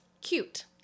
cute